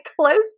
close